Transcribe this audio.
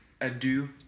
adieu